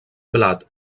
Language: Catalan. blat